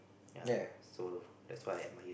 ya so that's why my